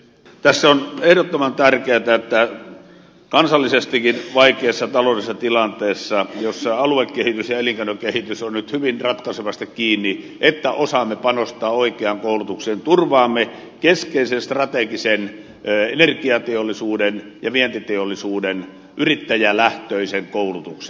tässä on ehdottoman tärkeätä että kansallisestikin vaikeassa taloudellisessa tilanteessa jossa aluekehitys ja elinkeinokehitys ovat nyt hyvin ratkaisevasti kiinni osaamme panostaa oikeaan koulutukseen turvaamme keskeisen strategisen energiateollisuuden ja vientiteollisuuden yrittäjälähtöisen koulutuksen